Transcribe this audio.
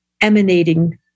emanating